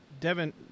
Devin